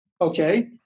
Okay